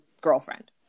girlfriend